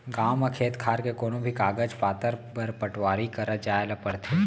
गॉंव म खेत खार के कोनों भी कागज पातर बर पटवारी करा जाए ल परथे